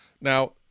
Now